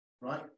right